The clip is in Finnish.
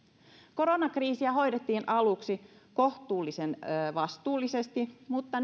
koronakriisiä hoidettiin aluksi kohtuullisen vastuullisesti mutta